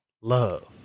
love